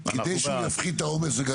כדי שהוא יפחית את העומס וגם